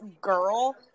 girl